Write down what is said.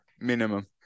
Minimum